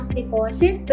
deposit